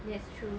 yes true